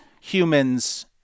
humans